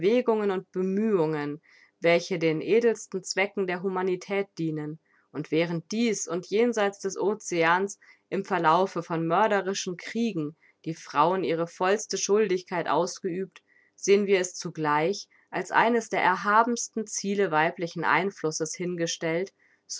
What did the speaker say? bemühungen welche den edelsten zwecken der humanität dienen und während dies und jenseits des oceans im verlaufe von mörderischen kriegen die frauen ihre vollste schuldigkeit ausgeübt sehen wir es zugleich als eines der erhabensten ziele weiblichen einflusses hingestellt